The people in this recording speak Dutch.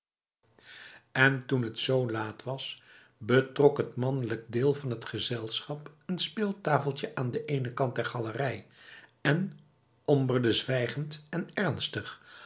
en toen het zo laat was betrok het mannelijk deel van het gezelschap n speeltafeltje aan de ene kant der galerij en homberde zwijgend en ernstig